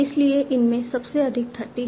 इसलिए इनमें सबसे अधिक 30 है